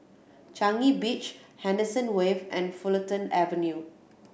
Changi Beach Henderson Wave and Fulton Avenue